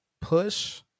push